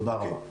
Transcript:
תודה רבה.